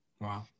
Wow